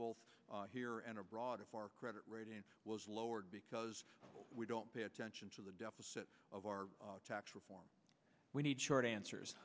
here and abroad if our credit rating was lowered because we don't pay attention to the deficit of our tax reform we need short answers